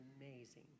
amazing